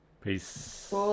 peace